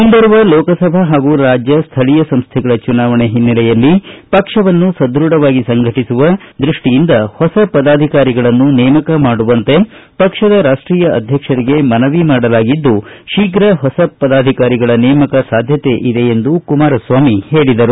ಮುಂಬರುವ ಲೋಕಸಭಾ ಹಾಗೂರಾಜ್ಯ ಸ್ಥಳೀಯ ಸಂಸ್ಥೆಗಳ ಚುನಾವಣೆ ಹಿನ್ನೆಲೆಯಲ್ಲಿ ಪಕ್ಷವನ್ನು ಸದೃಢವಾಗಿ ಸಂಘಟಿಸುವ ದೃಷ್ಷಿಯಿಂದ ಹೊಸ ಪದಾಧಿಕಾರಿಗಳನ್ನು ನೇಮಕ ಮಾಡುವಂತೆ ಪಕ್ಷದ ರಾಷ್ಷೀಯ ಅಧ್ಯಕ್ಷರಿಗೆ ಮನವಿ ಮಾಡಲಾಗಿದ್ದು ಶೀಘ್ರ ಹೊಸ ಪದಾಧಿಕಾರಿಗಳ ನೇಮಕ ಸಾಧ್ಯತೆ ಇದೆ ಎಂದು ಕುಮಾರಸ್ವಾಮಿ ಹೇಳಿದರು